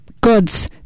goods